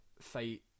fight